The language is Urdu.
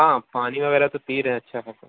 ہاں پانی وغیرہ تو پی رہے اچھا خاصا